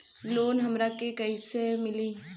Loan हमरा के कईसे मिली?